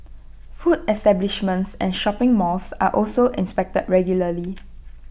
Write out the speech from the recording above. food establishments and shopping malls are also inspected regularly